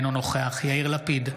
אינו נוכח יאיר לפיד,